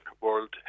World